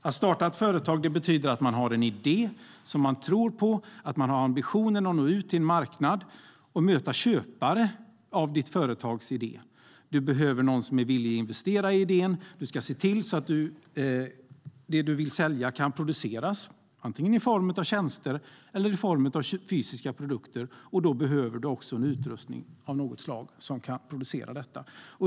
Att starta ett företag betyder att du har en idé som du tror på, att du har ambitionen att nå ut till en marknad och möta köpare av ditt företags idé. Du behöver någon som är villig att investera i idén, och du ska se till att det du vill sälja kan produceras i form av tjänster eller fysiska produkter. Då behövs också en utrustning av något slag som kan producera detta.